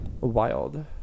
wild